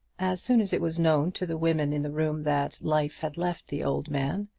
as soon as it was known to the women in the room that life had left the old man,